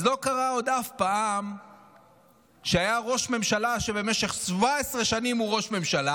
אז עוד לא קרה אף פעם שהיה ראש ממשלה שבמשך 17 שנים הוא ראש ממשלה.